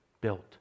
built